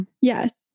Yes